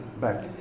back